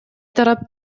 тарап